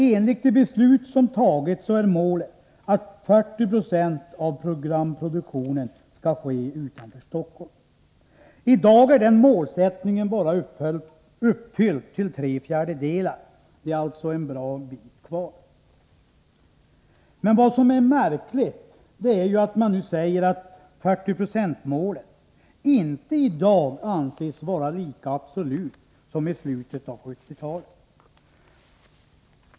Enligt de beslut som tagits är målet att 40 70 av programproduktionen skall ske utanför Stockholm. I dag är den målsättningen uppfylld bara till tre fjärdedelar — det är alltså en bra bit kvar. Men vad som är märkligt är att man nu säger att 40-procentsmålet i dag inte anses vara lika absolut som i slutet av 1970-talet.